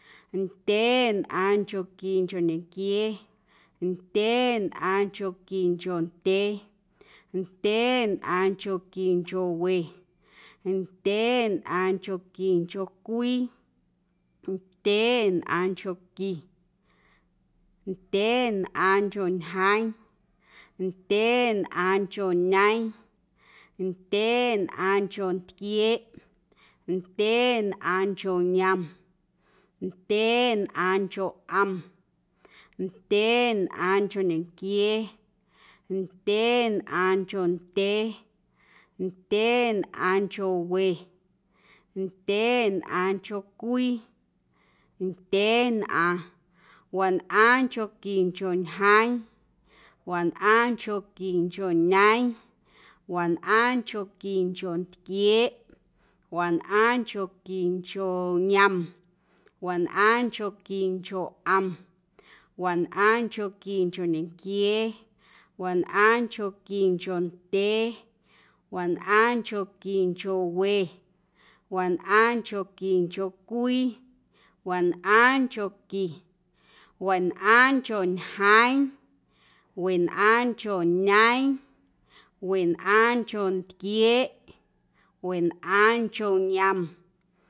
Ndyeenꞌaaⁿnchonquincho ñenquiee, ndyeenꞌaaⁿnchonquincho ndyee, ndyeenꞌaaⁿnchonquincho we, ndyeenꞌaaⁿnchonquincho cwii, ndyeenꞌaaⁿnchonqui, ndyeenꞌaaⁿncho ñjeeⁿ, ndyeenꞌaaⁿncho ñeeⁿ, ndyeenꞌaaⁿncho ntquieeꞌ, ndyeenꞌaaⁿncho yom, ndyeenꞌaaⁿncho ꞌom, ndyeenꞌaaⁿncho ñenquiee, ndyeenꞌaaⁿncho ndyee, ndyeenꞌaaⁿncho we, ndyeenꞌaaⁿncho cwii, ndyeenꞌaaⁿ, wenꞌaaⁿnchonquincho ñjeeⁿ, wenꞌaaⁿnchonquincho ñeeⁿ, wenꞌaaⁿnchonquincho ntquieeꞌ, wenꞌaaⁿnchonquincho yom, wenꞌaaⁿnchonquincho ꞌom, wenꞌaaⁿnchonquincho ñenquiee, wenꞌaaⁿnchonquincho ndyee, wenꞌaaⁿnchonquincho we, wenꞌaaⁿnchonquincho cwii, wenꞌaaⁿnchonqui, wenꞌaaⁿncho ñjeeⁿ, wenꞌaaⁿncho ñeeⁿ, wenꞌaaⁿncho ntquieeꞌ, wenꞌaaⁿncho yom.